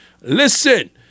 Listen